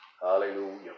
Hallelujah